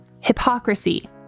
Hypocrisy